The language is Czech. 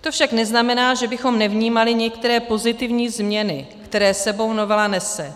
To však neznamená, že bychom nevnímali některé pozitivní změny, které s sebou novela nese.